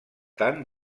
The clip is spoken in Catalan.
tant